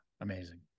amazing